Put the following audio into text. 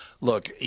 Look